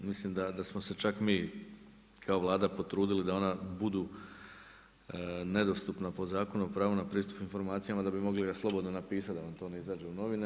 Mislim da smo se čak mi kao Vlada potrudili da ona budu nedostupna po Zakonu o pravu na pristup informacijama, da bi ga mogli slobodno napisati da vam to ne izađe u novine.